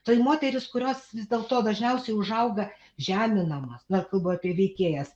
tai moterys kurios vis dėl to dažniausiai užauga žeminamos na kalbu apie veikėjas